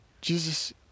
Jesus